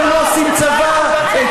לא עושה שירות צבאי.